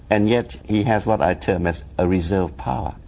and yet he has what i term as a reserve power,